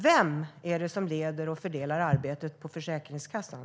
Vem är det som leder och fördelar arbetet på Försäkringskassan?